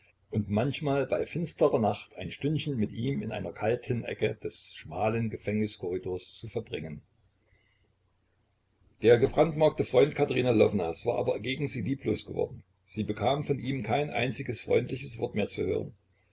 und manchmal bei finsterer nacht ein stündchen mit ihm in einer kalten ecke des schmalen gefängniskorridors zu verbringen der gebrandmarkte freund katerina lwownas war aber gegen sie lieblos geworden sie bekam von ihm kein einziges freundliches wort mehr zu hören